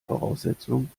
voraussetzung